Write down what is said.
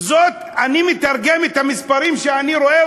אני מתרגם את המספרים שאני רואה,